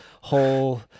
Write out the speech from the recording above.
whole